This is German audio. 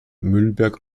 müllberg